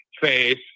face